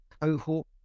cohort